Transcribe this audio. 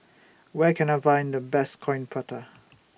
Where Can I Find The Best Coin Prata